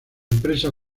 empresa